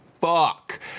fuck